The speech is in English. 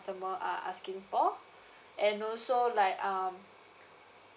are asking for and also like um